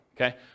Okay